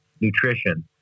nutrition